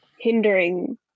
hindering